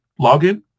login